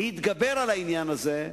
להתגבר על העניין זה,